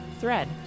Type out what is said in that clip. thread